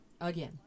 Again